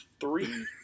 three